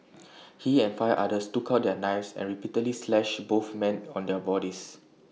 he and five others took out their knives and repeatedly slashed both man on their bodies